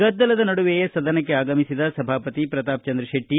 ಗದ್ದಲದ ನಡುವೆಯೇ ಸದನಕ್ಕೆ ಆಗಮಿಸಿದ ಸಭಾಪತಿ ಪ್ರತಾಪ್ ಚಂದ್ರ ಶೆಟ್ಟಿ